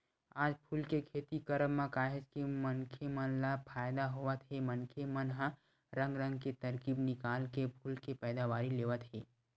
आज फूल के खेती करब म काहेच के मनखे मन ल फायदा होवत हे मनखे मन ह रंग रंग के तरकीब निकाल के फूल के पैदावारी लेवत हे